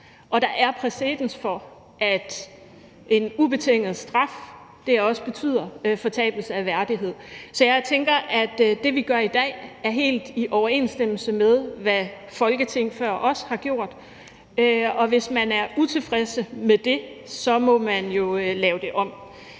og der er præcedens for, at en ubetinget straf også betyder fortabelse af værdighed. Så jeg tænker, at det, vi gør i dag, er helt i overensstemmelse med, hvad Folketing før os har gjort, og hvis man er utilfreds med det, så må man jo lave det om.